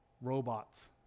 robots